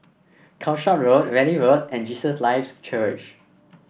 Calshot Road Valley Road and Jesus Lives Church